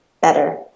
better